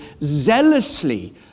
zealously